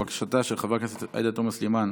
לבקשתה של חברת הכנסת עאידה תומא סלימאן